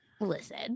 Listen